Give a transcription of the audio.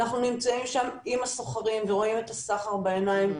אנחנו נמצאים שם עם הסוחרים ורואים את הסחר בעיניים.